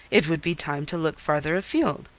it would be time to look farther afield.